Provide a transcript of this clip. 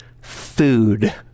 food